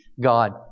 God